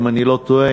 אם אני לא טועה.